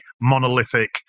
monolithic